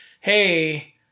hey